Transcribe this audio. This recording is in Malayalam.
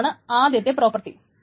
ഇതാണ് ആദ്യത്തെ പ്രോപ്പർട്ടി